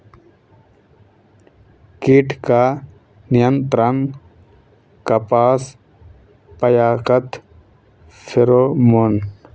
कीट का नियंत्रण कपास पयाकत फेरोमोन?